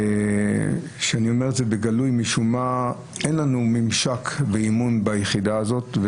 כשאני אומר בגלוי שמשום מה אין לנו ממשק ואימון ביחידה הזאת,